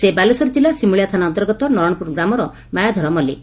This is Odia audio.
ସେ ବାଲେଶ୍ୱର କିଲ୍ଲା ସିମୁଳିଆ ଥାନା ଅନ୍ତର୍ଗତ ନରଣପୁର ଗ୍ରାମର ମାୟାଧର ମଲ୍କିକ